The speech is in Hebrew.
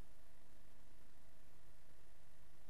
אני